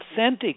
authentic